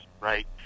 Right